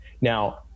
Now